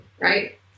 Right